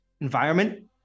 environment